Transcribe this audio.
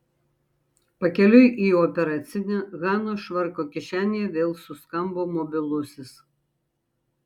pakeliui į operacinę hanos švarko kišenėje vėl suskambo mobilusis